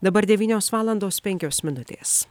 dabar devynios valandos penkios minutės